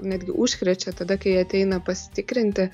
netgi užkrečia tada kai ateina pasitikrinti